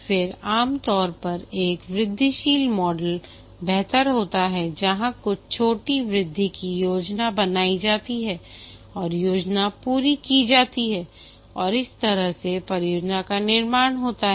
फिर आम तौर पर एक वृद्धिशील मॉडल बेहतर होता है जहां कुछ छोटी वृद्धि की योजना बनाई जाती है और योजना पूरी की जाती है और इस तरह से परियोजना का निर्माण होता है